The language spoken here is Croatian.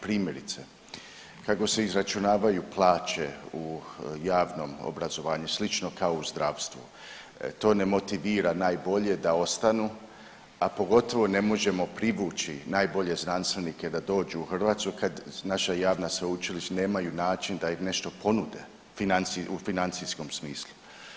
Primjerice, kako se izračunavaju plaće u javnom obrazovanju slično kao i u zdravstvu, to ne motivira najbolje da ostanu, a pogotovo ne možemo privući najbolje znanstvenike da dođu u Hrvatsku kad naša javna sveučilišta nemaju način da im nešto ponude u financijskom smislu.